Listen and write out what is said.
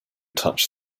touch